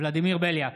ולדימיר בליאק,